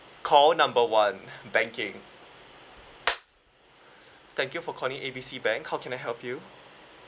call number one banking thank you for calling A B C bank how can I help you